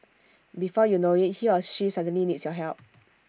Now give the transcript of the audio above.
before you know IT he or she suddenly needs your help